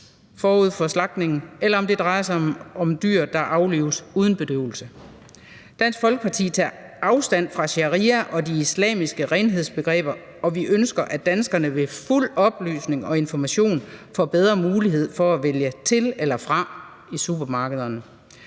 forud for slagtningen, eller om det drejer sig om dyr, der aflives uden bedøvelse. Dansk Folkeparti tager afstand fra sharia og de islamiske renhedsbegreber, og vi ønsker, at danskerne ved fuld oplysning og information får bedre mulighed for at vælge til eller fra i supermarkederne.